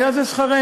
היה זה שכרנו.